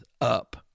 up